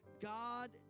God